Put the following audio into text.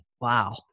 wow